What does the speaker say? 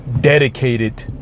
dedicated